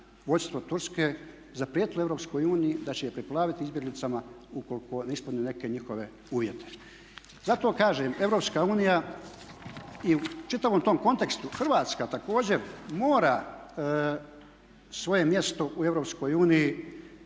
vodstvo Turske zaprijetilo EU da će je preplaviti izbjeglicama ukoliko ne ispune neke njihove uvjete. Zato kažem EU i u čitavom tom kontekstu Hrvatska također mora svoje mjesto u EU